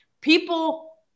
people